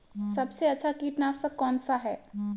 सबसे अच्छा कीटनाशक कौनसा है?